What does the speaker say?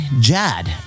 Jad